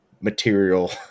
material